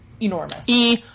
enormous